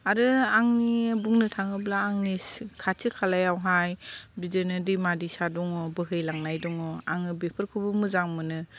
आरो आंनि बुंनो थाङोब्ला आंनि खाथि खालायावहाय बिदिनो दैमा दैसा दङ बोहैलांनाय दङ आङो बेफोरखौबो मोजां मोनो